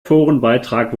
forenbeitrag